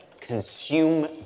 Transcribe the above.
consume